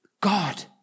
God